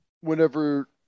whenever